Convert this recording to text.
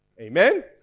Amen